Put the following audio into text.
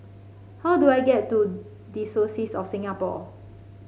how do I get to Diocese of Singapore